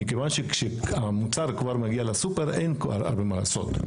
מכיוון שכשהמוצר כבר מגיע לסופר אין כבר הרבה מה לעשות.